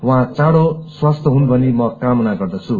उहाँ चाँड़ो स्वस्थ्य होस भनी म कामना गर्दछु